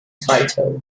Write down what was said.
title